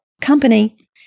company